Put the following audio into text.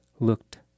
Looked